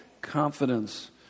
confidence